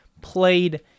played